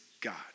God